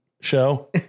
show